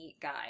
guy